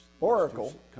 oracle